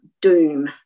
doom